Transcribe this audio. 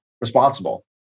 responsible